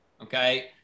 Okay